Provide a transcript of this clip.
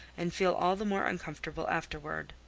and feel all the more uncomfortable afterward.